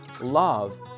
love